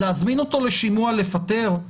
להזמין אותו לשימוע ולפטר?